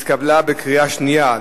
התקבלה בקריאה שנייה.